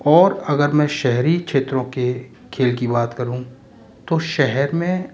और अगर मैं शहरी क्षेत्रों के खेल की बात करूँ तो शहर में